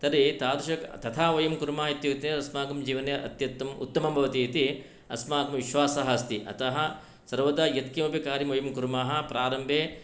तदेतादृश तथा वयं कुर्मः इत्युक्ते अस्माकं जीवने अत्युत्तमम् उत्तमं भवति इति अस्माकं विश्वासः अस्ति अतः सर्वदा यत्किमपि कार्यं वयं कुर्मः प्रारम्भे